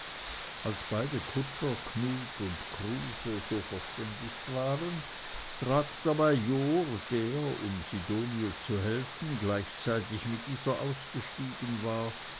als beide kutscher knut und kruse so verständigt waren trat der major der um sidonie zu helfen gleichzeitig mit dieser ausgestiegen war